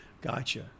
Gotcha